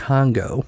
Congo